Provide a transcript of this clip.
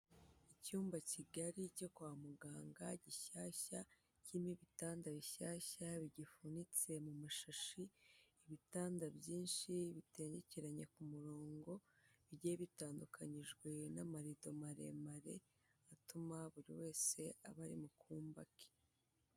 Icyumba kigari cyo kwa muganga gishyashya, kirimo ibitanda bishyashya, bigifunitse mu mashashi, ibitanda byinshi biterekeranye ku murongo bigiye bitandukanyijwe n'amarido maremare atuma buri wese aba ari mu kumba ke.